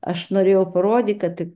aš norėjau parodyti kad